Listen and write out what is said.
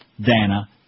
Dana